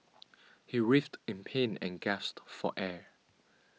he writhed in pain and gasped for air